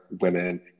women